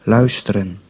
Luisteren